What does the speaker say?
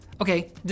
Okay